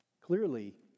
Clearly